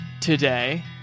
today